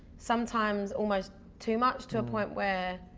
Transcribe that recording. sometimes almost too much to a point where.